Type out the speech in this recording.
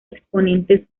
exponentes